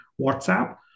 whatsapp